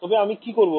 তবে আমি কি করব